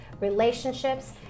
relationships